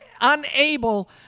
unable